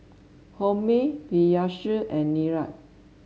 Homi Peyush and Niraj